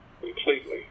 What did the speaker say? completely